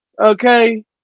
Okay